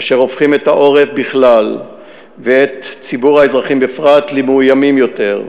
אשר הופכים את העורף בכלל ואת ציבור האזרחים בפרט למאוימים יותר.